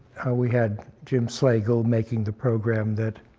we had jim slagle making the program that